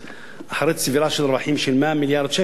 אחרי צבירה של רווחים של 100 מיליארד שקל,